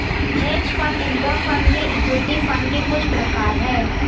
hedge fund income fund ये equity fund के कुछ प्रकार हैं